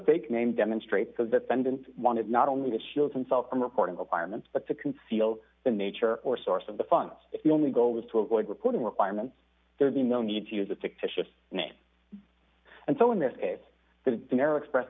fake name demonstrate that pendant wanted not only to shield himself from reporting requirements but to conceal the nature or source of the funds if the only goal was to avoid reporting requirements there'd be no need to use a fictitious name and so in this case the dinero express